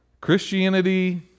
Christianity